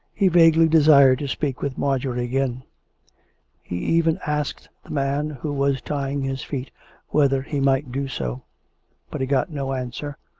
he vaguely desired to speak with marjorie again he even asked the man who was tying his feet whether he might do so but he got no answer.